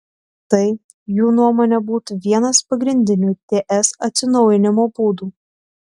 tai jų nuomone būtų vienas pagrindinių ts atsinaujinimo būdų